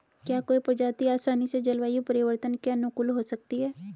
क्या कोई प्रजाति आसानी से जलवायु परिवर्तन के अनुकूल हो सकती है?